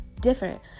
different